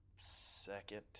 second